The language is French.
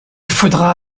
faudra